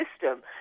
system